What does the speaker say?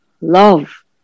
love